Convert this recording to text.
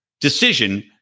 decision